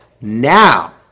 Now